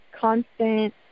constant